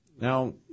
Now